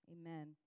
amen